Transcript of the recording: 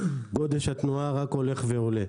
גודש התנועה רק הולך ועולה.